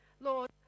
Lord